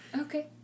okay